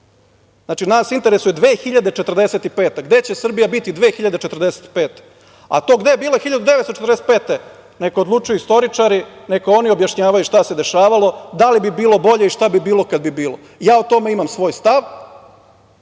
Znači, nas interesuje 2045. godina, gde će Srbija biti 2045. godine, a to gde je bila 1945. godine neka odlučuju istoričari, neka oni objašnjavaju šta se dešavalo, da li bilo bolje i šta bi bilo kad bi bilo. O tome imam svoj stav.